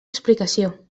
explicació